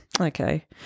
Okay